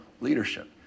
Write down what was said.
leadership